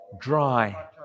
Dry